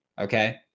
Okay